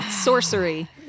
sorcery